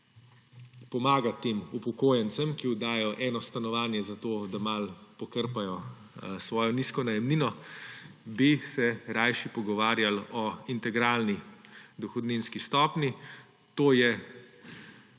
pomagati tem upokojencem, ki oddajajo eno stanovanje zato, da malo pokrpajo svojo nizko najemnino, bi se rajši pogovarjali o integralni dohodninski stopnji. To je